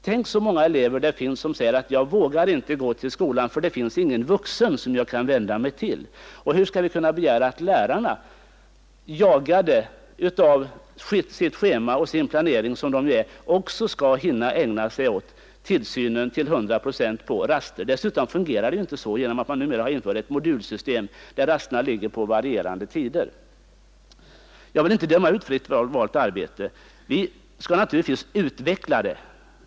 Tänk så många elever det finns som säger att de inte vågar gå till skolan för att det inte finns någon vuxen som de kan vända sig till. Hur skall vi kunna begära att lärarna, jagade som de är av sitt schema och sin planering, också skall hinna ägna sig åt tillsynen till hundra procent på raster? Dessutom fungerar det ju inte så på grund av att man numera har infört ett modulsystem, där rasterna ligger på varierande tider. Jag vill inte döma ut fritt valt arbete. Vi skall naturligtvis utveckla det.